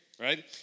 right